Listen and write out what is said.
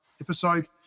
episode